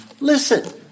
Listen